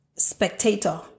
Spectator